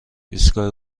ایستگاه